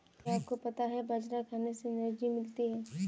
क्या आपको पता है बाजरा खाने से एनर्जी मिलती है?